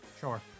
sure